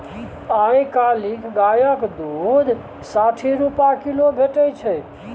आइ काल्हि गायक दुध साठि रुपा किलो भेटै छै